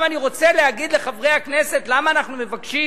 אני רוצה להגיד לחברי הכנסת למה אנחנו מבקשים